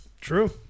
True